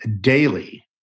daily